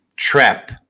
Trap